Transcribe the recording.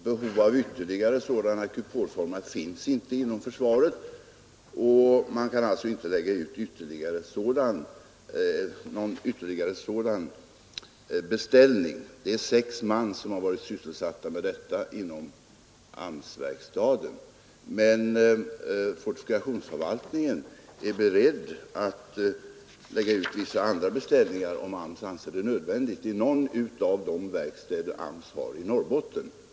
Behov av ytterligare kupolformar finns inte inom försvaret, och det är alltså inte möjligt att lägga ut någon ytterligare sådan beställning. Fortifikationsförvaltningen är emellertid beredd att göra vissa andra beställningar, om AMS anser det nödvändigt, hos någon av de verkstäder AMS har i Norrbotten.